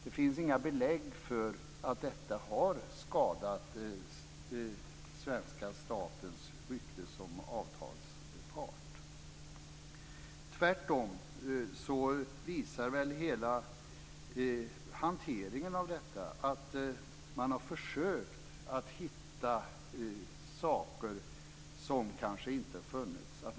Det finns inga belägg för att detta har skadat svenska statens rykte som avtalspart. Tvärtom visar hela hanteringen att man har försökt att hitta saker som kanske inte har funnits.